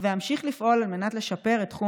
ואמשיך לפעול על מנת לשפר את תחום